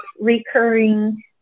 recurring